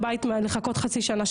לחכות חצי שנה,